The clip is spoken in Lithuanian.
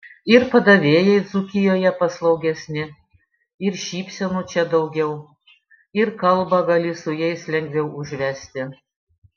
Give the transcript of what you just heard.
ir padavėjai dzūkijoje paslaugesni ir šypsenų čia daugiau ir kalbą gali su jais lengviau užvesti